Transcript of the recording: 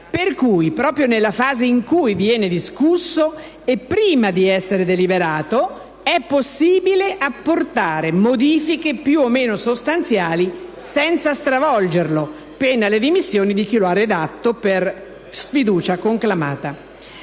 per cui, proprio nella fase in cui viene discusso e prima di essere deliberato, è possibile apportare modifiche più o meno sostanziali senza stravolgerlo, pena le dimissioni di chi lo ha redatto per sfiducia conclamata.